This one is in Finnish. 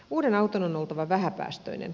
uuden auton on oltava vähäpäästöinen